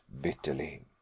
bitterly